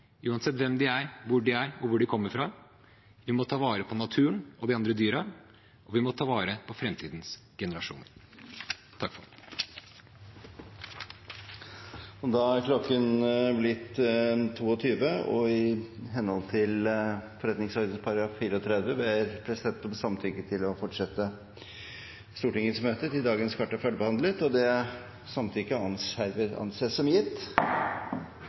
uansett hvem de er, hvor de er, og hvor de kommer fra. Vi må ta vare på naturen og de andre dyrene, vi må ta vare på framtidens generasjoner. Da er klokken blitt 22, og i henhold til Forretningsordenen § 34 ber presidenten om samtykke til å fortsette Stortingets møte til sakene på dagens kart er ferdigbehandlet. Samtykket anses som gitt.